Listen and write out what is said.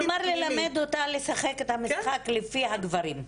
כלומר, ללמד אותה לשחק את המשחק לפי הגברים.